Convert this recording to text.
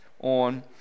on